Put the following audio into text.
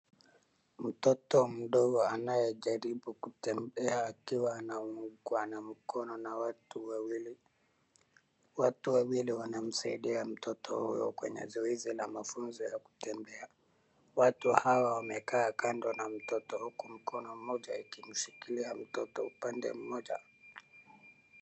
Mtoto mdogo anayejaribu kutembea akiwa anaungwa mkono na watu wawili. Watu wawili wanamsaidia mtoto huyo kwenye zoezi la mafunzo ya kutembea. Watu hawa wamekaa kando na mtoto huku mkono mmoja ikimshikilia mtoto upande mmoja.